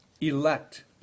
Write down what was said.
Elect